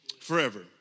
forever